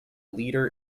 leader